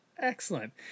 Excellent